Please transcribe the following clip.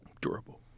Durable